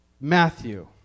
Matthew